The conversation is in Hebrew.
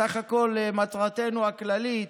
בסך הכול מטרתנו הכללית,